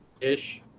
ish